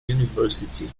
university